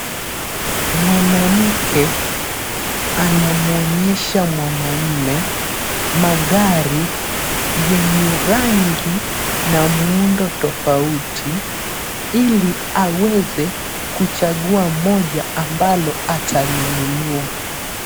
Mwanamke anamwonyesha mwanamme magari yenye rangi na muundo tofauti ili aweze kuchagua moja ambalo atalinunua.